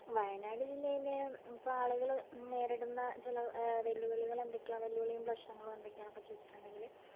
വയനാട് ജില്ലയിലെ ഇപ്പോൾ ആളുകൾ നേരിടുന്ന ചില വെല്ലുവിളികൾ എന്തൊക്കെയാണ് വെല്ലുവിളിയും പ്രശ്നങ്ങളും എന്തൊക്കെയാണ് ചോദിച്ചിട്ടുണ്ടെങ്കിൽ